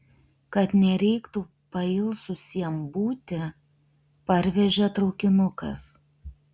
kad nereiktų pailsusiem būti parvežė traukinukas